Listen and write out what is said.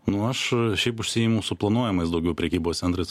nu aš šiaip užsiimu su planuojamais daugiau prekybos centrais